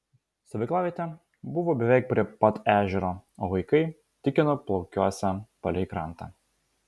stovyklavietė buvo beveik prie pat ežero o vaikai tikino plaukiosią palei krantą